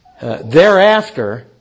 thereafter